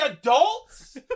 adults